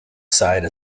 side